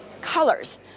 colors